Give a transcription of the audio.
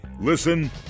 Listen